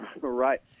Right